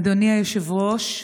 אדוני היושב-ראש,